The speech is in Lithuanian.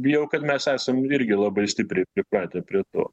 bijau kad mes esam irgi labai stipriai pripratę prie to